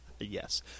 Yes